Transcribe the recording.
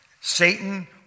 Satan